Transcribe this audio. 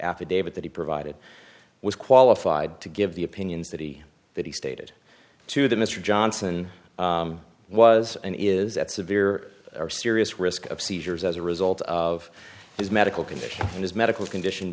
affidavit that he provided was qualified to give the opinions that he that he stated to the mr johnson was in is that severe or serious risk of seizures as a result of his medical condition and his medical condition